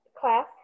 class